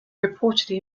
reportedly